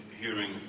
hearing